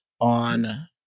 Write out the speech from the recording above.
on